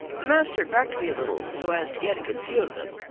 the master backed me a little, so as to get a good view of them.